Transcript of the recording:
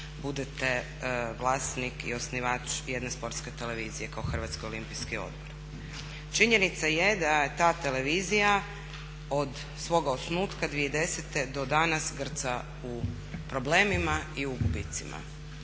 budete vlasnik i osnivač jedne sportske televizije kao HOO. Činjenica je da je ta televizija od svog osnutka 2010.do danas grca u problemima i u gubitcima.